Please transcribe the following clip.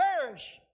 perish